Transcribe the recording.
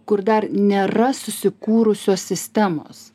kur dar nėra susikūrusios sistemos